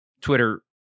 Twitter